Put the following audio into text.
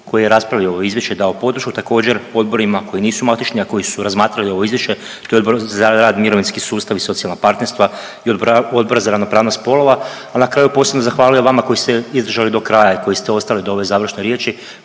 koji je raspravio ovo izvješće i dao podršku, također odborima koji nisu matični, a koji su razmatrali ovo izvješće, to je Odbor za rad, mirovinski sustav i socijalna partnerstva i Odbor za ravnopravnost spolova, a na kraju posebno zahvalio vama koji ste izdržali do kraja i koji ste ostali do ove završne riječi